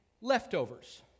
leftovers